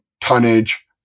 tonnage